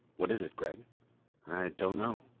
what is it, gregg? i don't know.